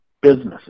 businesses